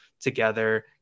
together